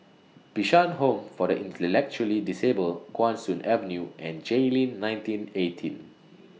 Bishan Home For The Intellectually Disabled Guan Soon Avenue and Jayleen nineteen eighteen